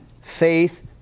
faith